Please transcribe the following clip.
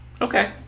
Okay